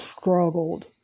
struggled